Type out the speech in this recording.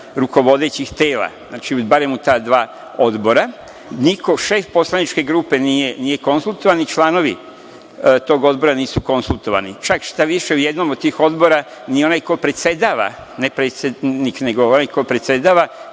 rukovodećih tela, znači, barem u ta dva odbora. Njihov šef poslaničke grupe nije konsultovan i članovi tog odbora nisu konsultovani. Čak šta više, u jednom od tih odbora ni onaj ko predsedava ne predsednik, nego onaj ko predsedava